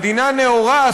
מדינה נאורה,